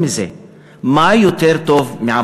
מה יותר טוב מזה?